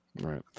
right